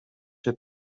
się